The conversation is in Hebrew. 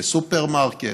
בסופרמרקט,